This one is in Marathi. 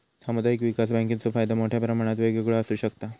सामुदायिक विकास बँकेचो फायदो मोठ्या प्रमाणात वेगवेगळो आसू शकता